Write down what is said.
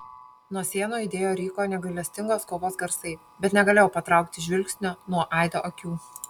nuo sienų aidėjo ryko negailestingos kovos garsai bet negalėjau patraukti žvilgsnio nuo aido akių